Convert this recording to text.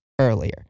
earlier